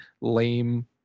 lame